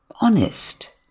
honest